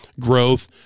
growth